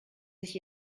sich